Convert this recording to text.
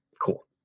Cool